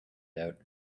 out